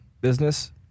business